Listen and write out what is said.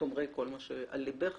אימרי את אשר על ליבך